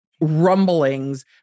rumblings